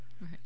Right